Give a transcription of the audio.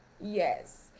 Yes